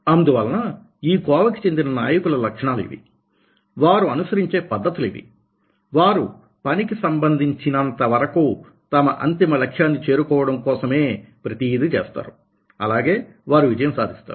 అందువలన ఈ కోవకి చెందిన నాయకుల లక్షణాలు ఇవి వారు అనుసరించే పద్ధతులు ఇవి వారు పనికి సంబంధించినంత వరకు తమ అంతిమ లక్ష్యాన్ని చేరుకోవడం కోసమే ప్రతీదీ చేస్తారు అలాగే వారు విజయం సాధిస్తారు